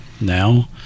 now